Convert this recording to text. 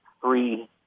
three